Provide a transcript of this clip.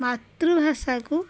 ମାତୃଭାଷାକୁ